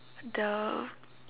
the